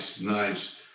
Nice